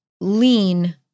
lean